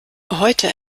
heute